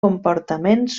comportaments